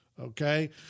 okay